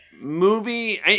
movie